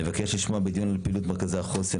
נבקש לשמוע בדיון על פעילות מרכזי החוסן,